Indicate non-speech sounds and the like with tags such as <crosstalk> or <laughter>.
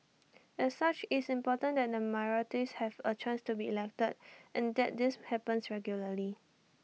<noise> as such it's important that the minorities have A chance to be elected and that this happens regularly